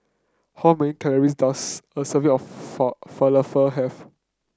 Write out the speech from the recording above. how many calories does a serving of Falafel have